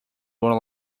were